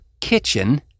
kitchen